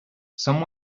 some